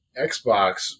xbox